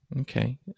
Okay